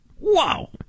Wow